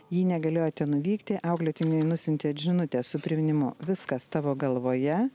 jį negalėjote nuvykti auklėtiniui nusiuntėt žinutę su priminimu viskas tavo galvoje